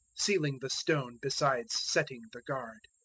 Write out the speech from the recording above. sealing the stone besides setting the guard.